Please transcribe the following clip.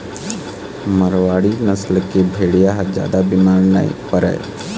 मारवाड़ी नसल के भेड़िया ह जादा बिमार नइ परय